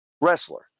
wrestler